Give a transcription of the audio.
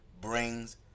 brings